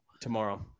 Tomorrow